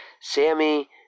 Sammy